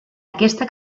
aquesta